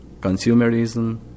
consumerism